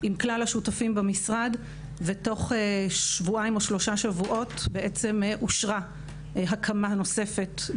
עם כלל השותפים במשרד ותוך כשלושה שבועות אושרה הקמה נוספת.